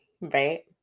right